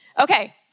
Okay